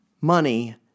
money